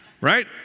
right